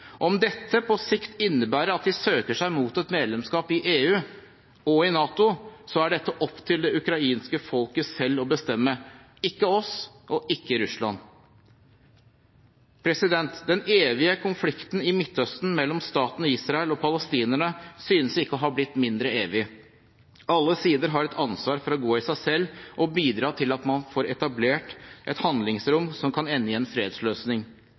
Om dette på sikt innebærer at de søker seg mot et medlemskap i EU og i NATO, så er dette opp til det ukrainske folket selv å bestemme – ikke oss og ikke Russland. Den evige konflikten i Midtøsten mellom staten Israel og palestinerne synes ikke å ha blitt mindre evig. Alle sider har et ansvar for å gå i seg selv og bidra til at man får etablert et handlingsrom som kan ende i en fredsløsning.